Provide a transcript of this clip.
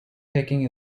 picking